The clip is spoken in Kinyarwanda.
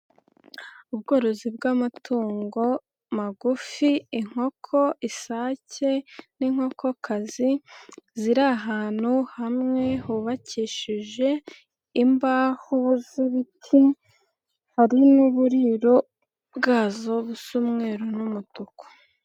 Ubworozi bw'amatungo magufi, inkoko, isake n'inkokokazi, ziri ahantu hamwe, hubakishije imbahu z'ibiti, hari n'uburiro bwazo busa umweru n'umutuku.